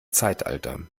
zeitalter